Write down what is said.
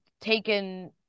taken